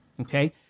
Okay